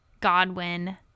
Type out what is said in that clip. Godwin-